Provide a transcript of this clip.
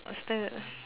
I stay at